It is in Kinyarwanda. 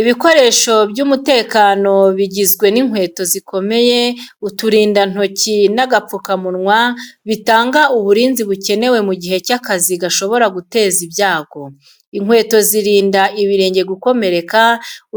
Ibikoresho by’umutekano bigizwe n’inkweto zikomeye, uturindantoki, n’agapfukamunwa bitanga uburinzi bukenewe mu gihe cy’akazi gashobora guteza ibyago. Inkweto zirinda ibirenge gukomereka,